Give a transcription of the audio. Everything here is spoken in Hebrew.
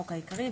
החוק העיקרי),